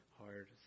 hard